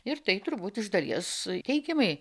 ir tai turbūt iš dalies teigiamai